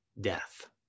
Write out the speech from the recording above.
death